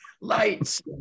lights